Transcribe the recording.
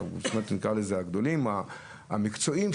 נקרא לזה הגדולים או המקצועיים,